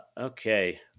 okay